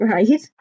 Right